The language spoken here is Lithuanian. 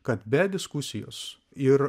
kad be diskusijos ir